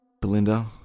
Belinda